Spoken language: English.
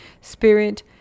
spirit